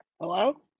Hello